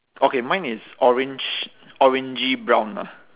okay mine is orange orangey brown lah